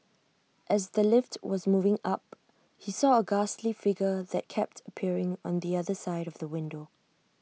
as the lift was moving up he saw A ghastly figure that kept appearing on the other side of the window